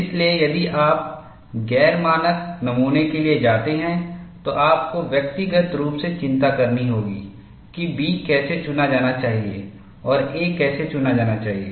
इसलिए यदि आप गैर मानक नमूनों के लिए जाते हैं तो आपको व्यक्तिगत रूप से चिंता करनी होगी कि B कैसे चुना जाना चाहिए और a कैसे चुना जाना चाहिए